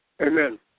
Amen